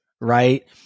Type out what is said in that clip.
right